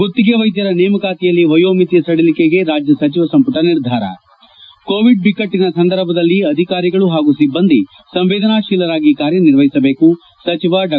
ಗುತ್ತಿಗೆ ವೈದ್ಯರ ನೇಮಕಾತಿಯಲ್ಲಿ ವಯೋಮಿತಿ ಸಡಿಲಿಕೆಗೆ ರಾಜ್ಯ ಸಚಿವ ಸಂಪುಟ ನಿರ್ಧಾರ ಕೋವಿಡ್ ಬಿಕ್ಕಟ್ನನ ಸಂದರ್ಭದಲ್ಲಿ ಅಧಿಕಾರಿಗಳು ಹಾಗೂ ಸಿಬ್ಲಂದಿ ಸಂವೇದನಾತೀಲರಾಗಿ ಕಾರ್ಯನಿರ್ವಹಿಸಬೇಕು ಸಚಿವ ಡಾ